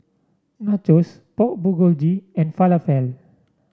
Nachos Pork Bulgogi and Falafel